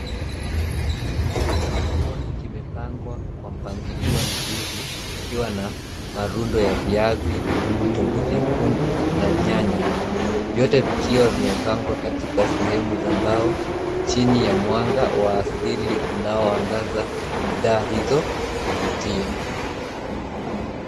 Kibanda cha sokoni kimepangwa kwa mpangilio mzuri kikiwa na marundo wa viazi, vitunguu vyekundu na nyanya. Vyote vikiwa vimepangwa katika sehemu za mbao chini ya mwanga wa asili unao angaza bidhaa hizo kwa kuvutia.